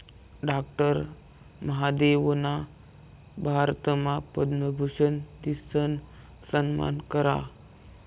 doctor महादेवना भारतमा पद्मभूषन दिसन सम्मान करा